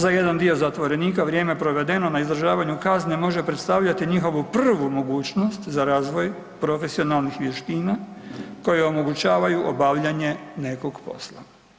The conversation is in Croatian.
Za jedan dio zatvorenika vrijeme provedeno na izdržavanju kazne može predstavljati njihovu prvu mogućnost za razvoj profesionalnih vještina koje omogućavaju obavljanje nekog posla.